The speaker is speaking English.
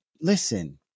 listen